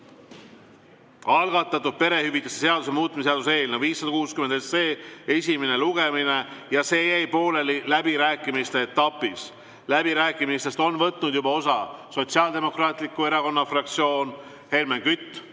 algatatud perehüvitiste seaduse muutmise seaduse eelnõu 560 esimene lugemine ja see jäi pooleli läbirääkimiste etapis. Läbirääkimistest on võtnud juba osa Sotsiaaldemokraatliku Erakonna fraktsioon, Helmen Kütt,